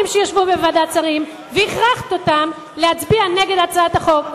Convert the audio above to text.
שישבו בוועדת השרים והכרחת אותם להצביע נגד הצעת החוק,